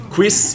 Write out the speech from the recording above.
Quis